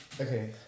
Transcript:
Okay